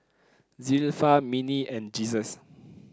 Zilpha Minnie and Jesus